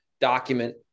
document